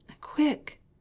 Quick